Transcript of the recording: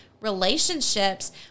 relationships